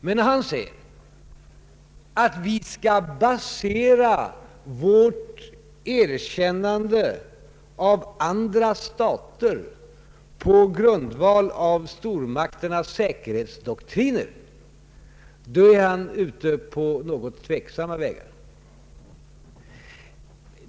Men när han säger att vi skall basera vårt erkännande av andra stater på stormakternas säkerhetsdoktriner, är han ute på något osäkra vägar.